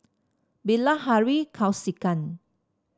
Bilahari Kausikan